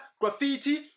graffiti